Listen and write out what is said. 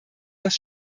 das